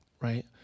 right